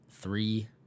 Three